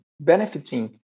benefiting